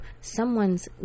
someone's